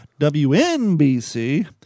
WNBC